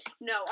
No